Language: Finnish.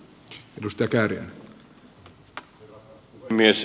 herra puhemies